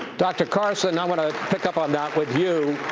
dr. carson, i want to pick up on that with you.